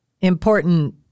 important